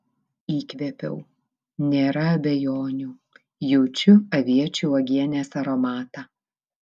įkvėpiau nėra abejonių jaučiu aviečių uogienės aromatą